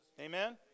amen